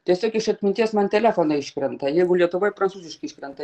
tiesiog iš atminties man telefonai iškrenta jeigu lietuvoj prancūziški iškrenta